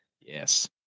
Yes